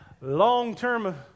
long-term